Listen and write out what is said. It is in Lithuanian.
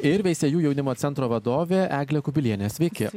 ir veisiejų jaunimo centro vadovė eglė kubilienė sveiki